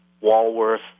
Walworth